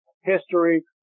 history